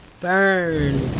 Burn